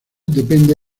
depende